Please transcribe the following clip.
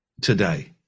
today